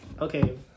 Okay